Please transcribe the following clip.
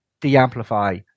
de-amplify